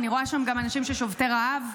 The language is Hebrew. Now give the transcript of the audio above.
אני רואה שם גם אנשים שובתי רעב.